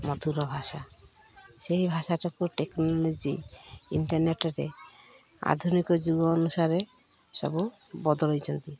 ମଧୁର ଭାଷା ସେହି ଭାଷାଟାକୁ ଟେକ୍ନୋଲୋଜି ଇଣ୍ଟରନେଟ୍ରେ ଆଧୁନିକ ଯୁଗ ଅନୁସାରେ ସବୁ ବଦଳେଇଛନ୍ତି